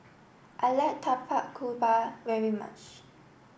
I like Tapak Kuda very much